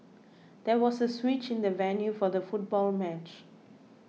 there was a switch in the venue for the football match